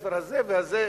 לבית-הספר הזה והזה,